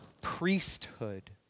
priesthood